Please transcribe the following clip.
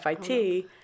FIT